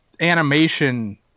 animation